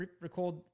record